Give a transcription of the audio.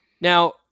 Now